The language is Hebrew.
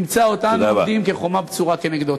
הוא ימצא אותנו עומדים כחומה בצורה כנגדו.